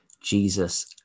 jesus